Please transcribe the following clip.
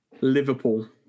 Liverpool